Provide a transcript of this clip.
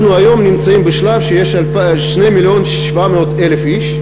אנחנו היום נמצאים בשלב שיש 2 מיליון ו-700,000 איש,